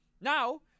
Now